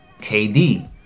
KD